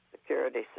security